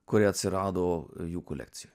kurie atsirado jų kolekcijoj